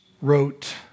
wrote